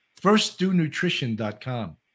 FirstDoNutrition.com